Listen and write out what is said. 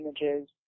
images